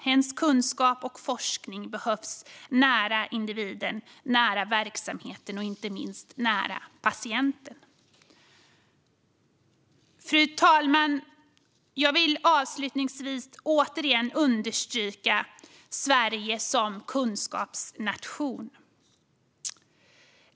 Hens kunskap och forskning behövs nära individen, nära verksamheten och inte minst nära patienten. Fru talman! Jag vill avslutningsvis återigen understryka Sverige som kunskapsnation.